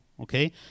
okay